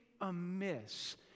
amiss